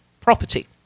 property